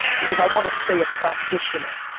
because i wanna stay a practitioner.